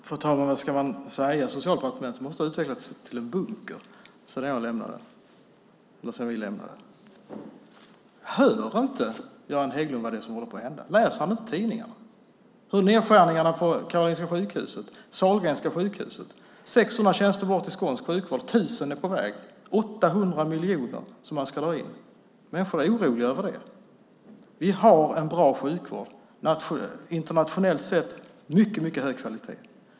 Fru ålderspresident! Vad ska man säga? Socialdepartementet måste ha utvecklats till en bunker sedan vi lämnade det. Hör inte Göran Hägglund vad det är som håller på att hända? Läser han inte i tidningarna om nedskärningarna på Karolinska sjukhuset och Sahlgrenska sjukhuset? 600 tjänster ska bort i skånsk sjukvård, och ytterligare 1 000 är hotade. Det ska dras ned för 800 miljoner. Människor är oroliga. Vi har en bra sjukvård. Internationellt sätt håller den mycket hög kvalitet.